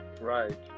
Right